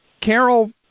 Carol